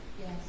Yes